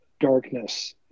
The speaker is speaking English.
darkness